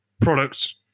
products